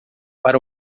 para